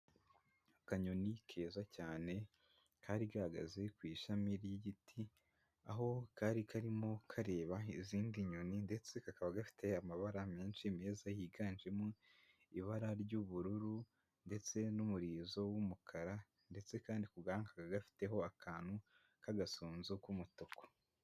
Akanyoni keza cyane kari gahagaze ku ishami ry'igiti, aho kari karimo kareba izindi nyoni ndetse kakaba gafite amabara menshi meza yiganjemo ibara ry'ubururu, ndetse n'umurizo w'umukara ndetse kandi ku gahanga kakaba gafiteho akantu k'agasunzu k'umutuku.